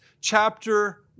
chapter